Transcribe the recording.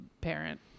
parent